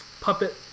puppet